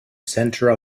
center